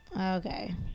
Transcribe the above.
okay